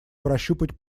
прощупать